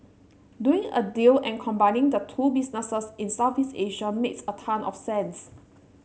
doing a deal and combining the two businesses in Southeast Asia makes a ton of sense